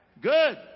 Good